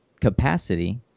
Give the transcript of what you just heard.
capacity